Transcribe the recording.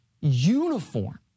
uniform